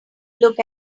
look